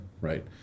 Right